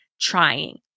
trying